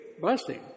blessing